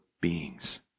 beings